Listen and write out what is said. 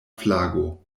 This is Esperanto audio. flago